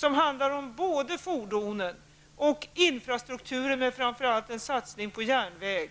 Det handlar både om fordon och om infrastruktur men framför allt om en satsning på järnväg